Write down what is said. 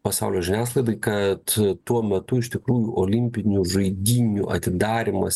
pasaulio žiniasklaidai kad tuo metu iš tikrųjų olimpinių žaidynių atidarymas